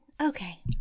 Okay